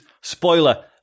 Spoiler